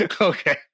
Okay